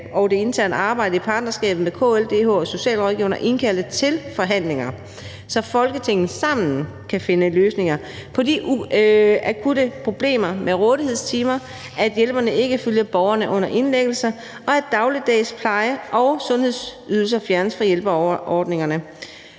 og det interne arbejde i partnerskabet med KL, DH og Dansk Socialrådgiverforening og indkalde til forhandlinger, så Folketinget sammen kan finde løsninger på de akutte problemer med rådighedstimer, at hjælperne ikke følger borgerne under indlæggelse, og at dagligdags pleje- og sundhedsydelser fjernes fra hjælpeordningerne.